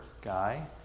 guy